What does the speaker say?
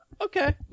okay